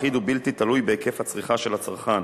אחיד ובלתי תלוי בהיקף הצריכה של הצרכן,